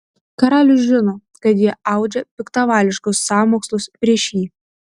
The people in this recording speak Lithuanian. karalius žino kad jie audžia piktavališkus sąmokslus prieš jį